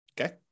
Okay